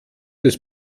des